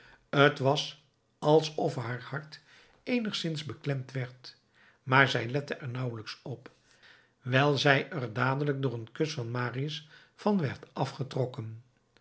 t was alsof haar hart eenigszins beklemd werd maar zij lette er nauwelijks op wijl zij er dadelijk door een kus van marius van werd afgetrokken